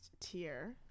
tier